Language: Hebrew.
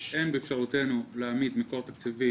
אין באפשרותנו להעמיד מקור תקציבי